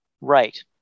Right